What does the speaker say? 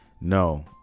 no